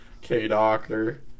K-Doctor